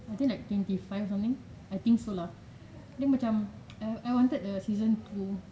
I think like twenty five or something I think so lah dia macam I I wanted a season two